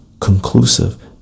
conclusive